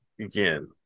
again